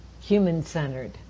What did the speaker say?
human-centered